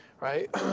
right